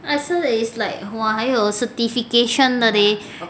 I saw that it's like !wah! 还有 certification 的 leh